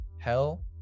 Hell